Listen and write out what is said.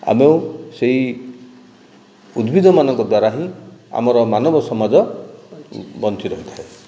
ଆମ ସେହି ଉଦ୍ଭିଦ ମାନଙ୍କ ଦ୍ୱାରା ହିଁ ଆମର ମାନବ ସମାଜ ବଞ୍ଚି ରହିଥାଏ